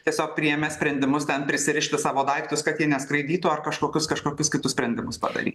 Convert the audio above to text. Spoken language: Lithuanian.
tiesiog priėmęs sprendimus ten prisirišti savo daiktus kad jie neskraidytų ar kažkokius kažkokius kitus sprendimus padaryt